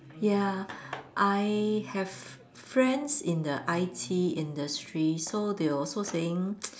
ya I have friends in the I_T industry so they were also saying